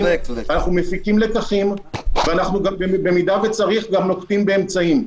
אנחנו מפיקים לקחים ואנחנו במידה וצריך גם נוקטים באמצעים.